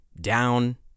down